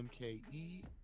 mke